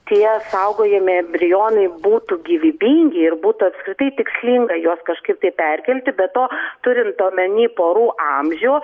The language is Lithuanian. tie saugojami embrionai būtų gyvybingi ir būtų apskritai tikslinga juos kažkaip tai perkelti be to turint omeny porų amžių